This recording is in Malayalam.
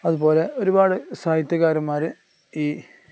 അതുപോലെ ഒരുപാടു സാഹിത്യകാരന്മാര് ഈ